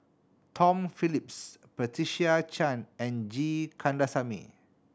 Tom Phillips Patricia Chan and G Kandasamy